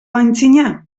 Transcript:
aitzina